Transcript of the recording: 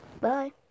Bye